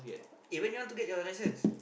eh when you want to get your license